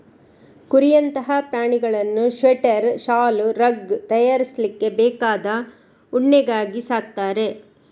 ಕುರಿಯಂತಹ ಪ್ರಾಣಿಗಳನ್ನ ಸ್ವೆಟರ್, ಶಾಲು, ರಗ್ ತಯಾರಿಸ್ಲಿಕ್ಕೆ ಬೇಕಾದ ಉಣ್ಣೆಗಾಗಿ ಸಾಕ್ತಾರೆ